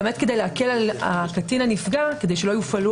כדי להקל על הקטין הנפגע כדי שלא יופעלו